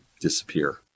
disappear